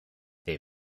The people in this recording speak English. their